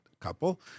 couple